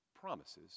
promises